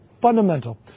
fundamental